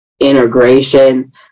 integration